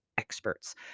Experts